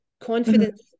confidence